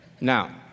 Now